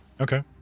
Okay